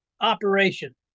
operation